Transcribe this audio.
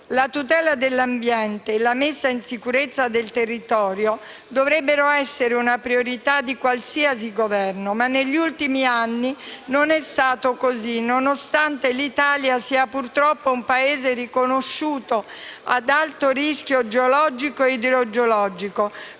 La tutela dell'ambiente e la messa in sicurezza del territorio dovrebbero essere una priorità di qualsiasi Governo, ma negli ultimi anni non è stato così, nonostante l'Italia sia purtroppo un Paese riconosciuto ad alto rischio geologico e idrogeologico,